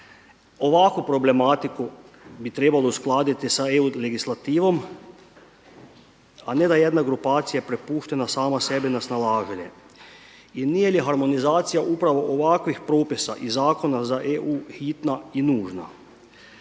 Ovakvu problematiku bi trebalo uskladiti sa EU legislativom, a ne da je jedna grupacija prepuštena sama sebi na snalaženje. I nije li harmonizacija upravo ovakvih propisa i zakona za EU hitna i nužna,